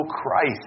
Christ